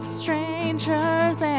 strangers